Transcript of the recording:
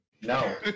No